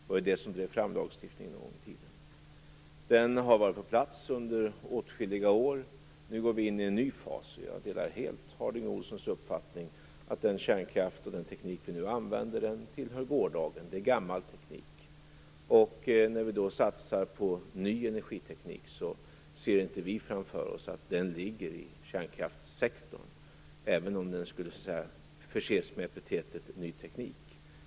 Det var det som drev fram lagstiftningen en gång i tiden. Den har varit på plats under åtskilliga år. Nu går vi in i en ny fas, och jag delar helt Bengt Harding Olsons uppfattning att den kärnkraft och den teknik vi nu använder tillhör gårdagen. Det är gammal teknik. När vi då satsar på ny energiteknik ser inte vi framför oss att denna ligger i kärnkraftssektorn, även om den skulle förses med epitetet ny teknik.